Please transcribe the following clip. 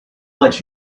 let